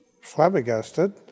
flabbergasted